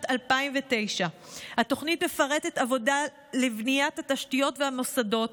2009. התוכנית מפרטת עבודה לבניית התשתיות והמוסדות,